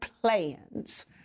plans